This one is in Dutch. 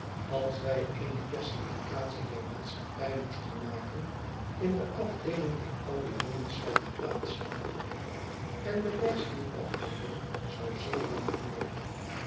als wij eene classificatie der maatschappy moesten maken in de afdeeling der oude jongens zouden plaatsen en de lijst dier afdeeling zou zeer lang worden